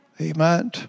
Amen